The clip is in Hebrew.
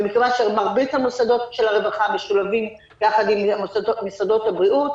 ומכיוון שמרבית המוסדות של הרווחה משולבים יחד עם מוסדות הבריאות,